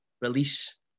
release